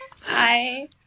Hi